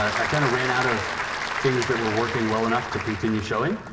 i kind of ran out of things that were working well enough to continue showing.